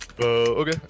okay